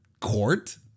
court